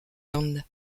land